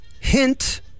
Hint